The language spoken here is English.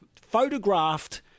photographed